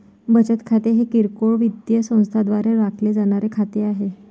बचत खाते हे किरकोळ वित्तीय संस्थांद्वारे राखले जाणारे खाते आहे